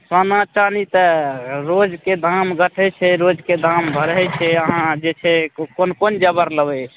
सोना चानी तऽ रोजके दाम घटै छै रोजके दाम बढ़े छै अहाँ जे छै कोन कोन जेवर लेबै